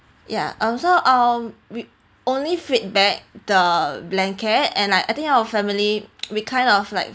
ya um so um we only feedback the blanket and like I think our family we kind of like